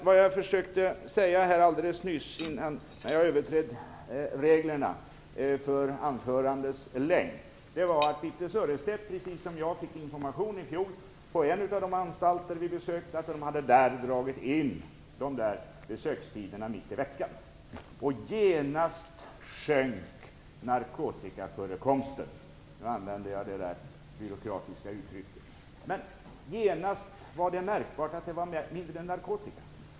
Vad jag försökte säga här alldeles nyss innan jag överträdde reglerna för anförandets längd var att Birthe Sörestedt precis som jag fick information i fjol på en av de anstalter som vi besökte var att de där hade dragit in besökstiderna mitt i veckan, och genast sjönk narkotikaförekomsten. Nu använder jag det byråkratiska uttrycket, men det var genast märkbart att det blev mindre med narkotika.